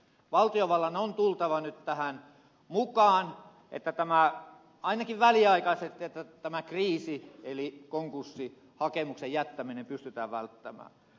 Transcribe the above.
valtiovallan on tultava nyt tähän mukaan ainakin väliaikaisesti niin että tämä kriisi eli konkurssihakemuksen jättäminen pystytään välttämään